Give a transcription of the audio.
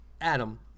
Adam